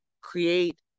create